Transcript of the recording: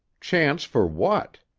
chance for what?